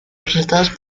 resultados